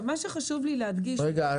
מה שחשוב לי להדגיש --- רגע,